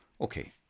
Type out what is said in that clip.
Okay